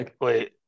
Wait